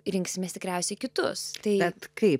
rinksimės tikriausiai kitus bet kaip